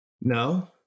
No